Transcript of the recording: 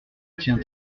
tient